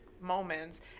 Moments